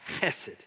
hesed